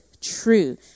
true